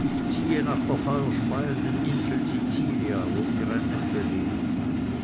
ich ziehe nach der feuerspeienden insel sicilia wo mir ein neffe lebt